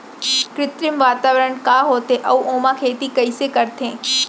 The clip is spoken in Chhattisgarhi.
कृत्रिम वातावरण का होथे, अऊ ओमा खेती कइसे करथे?